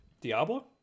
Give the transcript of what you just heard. Diablo